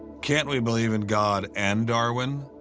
can't we believe in god and darwin?